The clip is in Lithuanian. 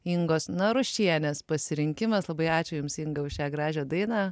ingos narušienės pasirinkimas labai ačiū jums inga už šią gražią dainą